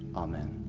amen.